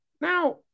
now